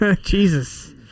Jesus